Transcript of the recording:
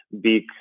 big